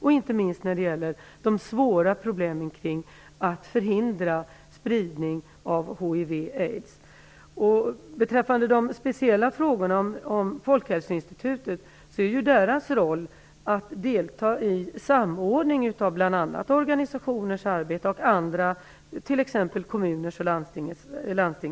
Det gäller inte minst de svåra problemen kring att förhindra spridning av hiv och aids. Svaret på de speciella frågorna om Folkhälsoinstitutet är att dess roll skall vara att delta i samordningen av bl.a. organisationernas, kommunernas och landstingens arbeten.